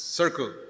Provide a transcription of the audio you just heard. circle